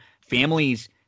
families